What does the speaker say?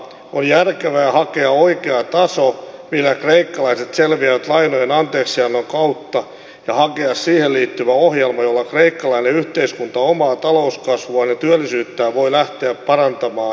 on järkevää hakea oikea taso millä kreikkalaiset selviävät lainojen anteeksiannon kautta ja hakea siihen liittyvä ohjelma jolla kreikkalainen yhteiskunta omaa talouskasvuaan ja työllisyyttään voi lähteä parantamaan